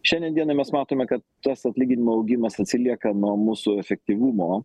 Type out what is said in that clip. šiandien dienai mes matome kad tas atlyginimų augimas atsilieka nuo mūsų efektyvumo